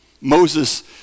Moses